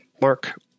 Mark